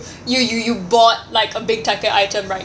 you you you bought like a big ticket item right